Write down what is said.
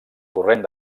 corrent